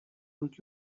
und